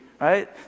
right